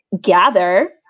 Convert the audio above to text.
gather